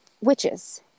witches